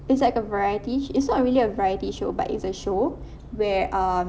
it's like a variety sh~ it's not really a variety show but it's a show where um